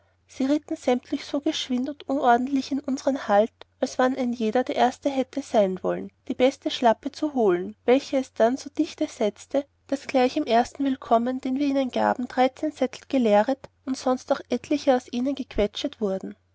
sie ritten sämtlich so geschwind und unordentlich in unsern halt als wann ein jeder der erste hätte sein wollen die beste schlappe zu holen welche es dann so dichte setzte daß gleich im ersten willkommen den wir ihnen gaben zettel geleert und sonst noch etliche aus ihnen gequetscht wurden